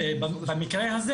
במקרה הזה,